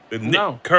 No